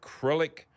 acrylic